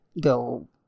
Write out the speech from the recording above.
go